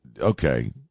Okay